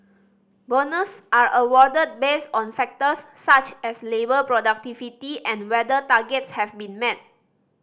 bonus are awarded based on factors such as labour productivity and whether targets have been met